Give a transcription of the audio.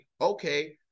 okay